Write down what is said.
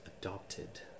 adopted